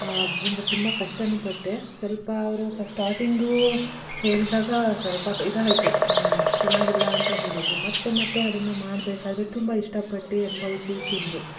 ಆದ್ದರಿಂದ ತುಂಬ ಕಷ್ಟ ಪಟ್ಟೆ ಸ್ವಲ್ಪ ಅವರು ಫಸ್ಟ್ ಸ್ಟಾರ್ಟಿಂಗೂ ಹೇಳಿದಾಗ ಸ್ವಲ್ಪ ಇದಾಯಿತು ಚೆನ್ನಾಗಿಲ್ಲ ಅಂತ ಹೇಳಿದ್ರು ಮತ್ತೆ ಮತ್ತೆ ಅದನ್ನ ಮಾಡಬೇಕಾದ್ರೆ ತುಂಬ ಇಷ್ಟ ಪಟ್ಟು ಅನುಭವಿಸಿ ತಿಂದರು